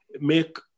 make